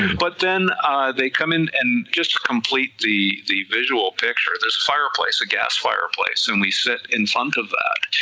but then they come in and just complete the the visual picture, there's a fireplace, a gas fireplace, and we sit in front of that,